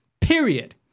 period